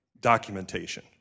documentation